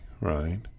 right